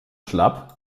schlapp